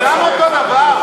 כולם אותו דבר?